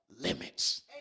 limits